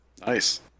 Nice